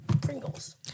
Pringles